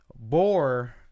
Boar